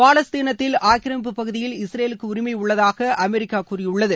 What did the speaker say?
பாலஸ்தீனத்தில் ஆக்கிரமிப்பு பகுதியில் இஸ்ரேலுக்கு உரிமை உள்ளதாக அமெரிக்கா கூறியுள்ளது